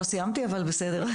לא סיימתי אבל בסדר.